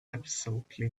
absolutely